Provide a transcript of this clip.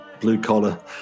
blue-collar